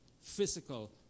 physical